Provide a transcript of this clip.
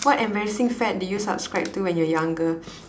what embarrassing fad did you subscribe to when you're younger